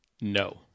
No